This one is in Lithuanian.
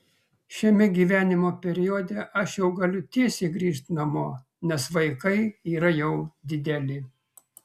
šiame gyvenimo periode aš jau galiu tiesiai grįžt namo nes vaikai yra jau dideli